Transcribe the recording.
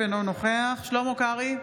אינו נוכח שלמה קרעי,